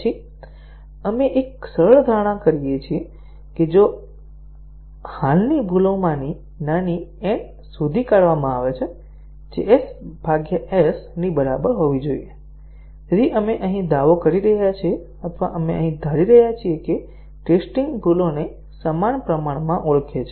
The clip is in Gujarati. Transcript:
પછી આપણે એક સરળ ધારણા કરીએ છીએ કે જો હાલની ભૂલોમાંથી નાની n શોધી કાઢવામાં આવે છે જે s S ની બરાબર હોવી જોઈએ આપણે અહીં દાવો કરી રહ્યા છીએ અથવા આપણે અહીં ધારી રહ્યા છીએ કે ટેસ્ટીંગ ભૂલોને સમાન પ્રમાણમાં ઓળખે છે